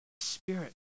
Spirit